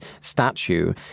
statue